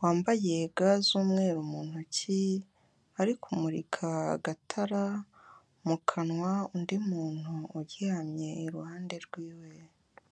wambaye ga z'umweru mu ntoki, ari kumurika agatara mu kanwa undi muntu uryamye iruhande rw'iwe.